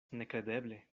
nekredeble